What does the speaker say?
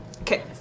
Okay